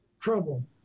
trouble